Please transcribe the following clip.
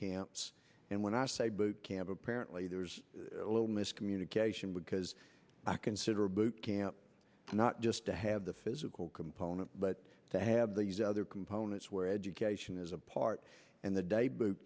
camps and when i say camp apparently there's a little miscommunication because i consider boot camp not just to have the physical component but to have these other components where education is a part and the day